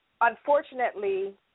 unfortunately